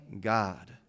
God